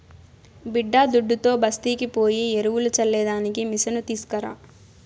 బిడ్డాదుడ్డుతో బస్తీకి పోయి ఎరువులు చల్లే దానికి మిసను తీస్కరా